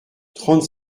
trente